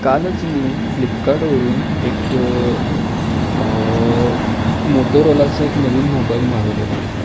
कालच मी फ्लिपकार्टवरून एक मोटोरोलाचा एक नवीन मोबाईल मागवलेला होता